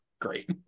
great